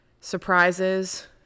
surprises